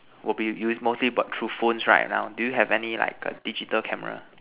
will be you with mostly but through phones right now do you have any like digital camera